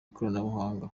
ikoranabuhanga